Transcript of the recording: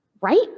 right